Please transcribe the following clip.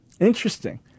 Interesting